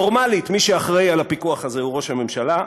פורמלית, מי שאחראי לפיקוח הזה הוא ראש הממשלה.